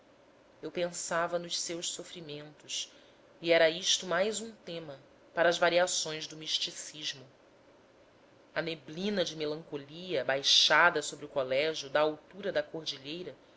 eu pensava nos seus sofrimentos e era isto mais um tema para as variações do misticismo a neblina de melancolia baixada sobre o colégio da altura da cordilheira